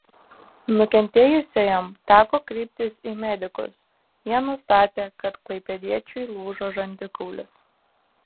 nukentėjusiajam teko kreiptis į medikus jie nustatė kad klaipėdiečiui lūžo žandikaulis